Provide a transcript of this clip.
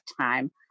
time